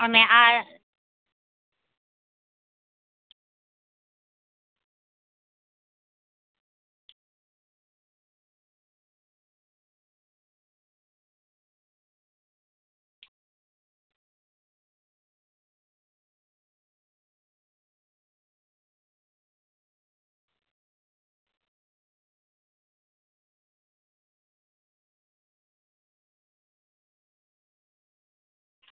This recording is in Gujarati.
અને આ